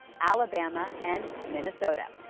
alabama and minnesota.